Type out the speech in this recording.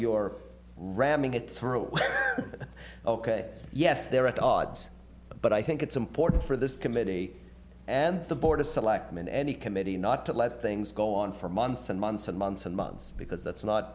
your ramming it through ok yes they're at odds but i think it's important for this committee and the board of selectmen any committee not to let things go on for months and months and months and months because that's not